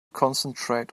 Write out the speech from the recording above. concentrate